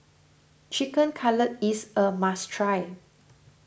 Chicken Cutlet is a must try